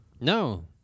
no